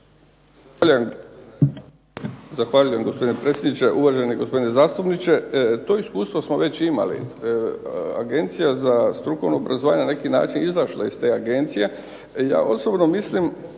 Zahvaljujem gospodine predsjedniče, uvaženi gospodine zastupniče. To iskustvo smo već imali, Agencija za strukovno obrazovanje je izašla na neki način iz te Agencije